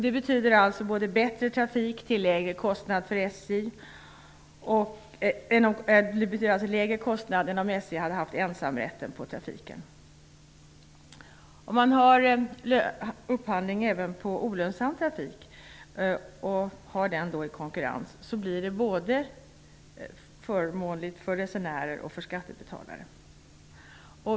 Det betyder bättre trafik till lägre kostnad än om SJ hade haft ensamrätten på trafiken. Om man tillåter konkurrens även på upphandling av olönsam trafik blir det förmånligt för både resenärer och skattebetalare.